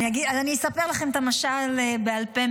אז אספר לכם את המשל בעל פה,